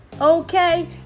Okay